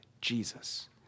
Jesus